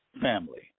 family